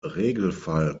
regelfall